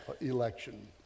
election